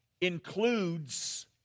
includes